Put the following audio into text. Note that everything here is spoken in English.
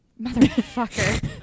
Motherfucker